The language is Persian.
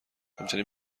همچنین